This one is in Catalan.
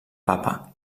papa